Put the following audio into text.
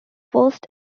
first